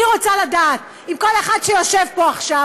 אני רוצה לדעת אם כל אחד שיושב פה עכשיו